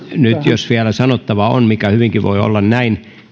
jos vielä sanottavaa on miten hyvinkin voi olla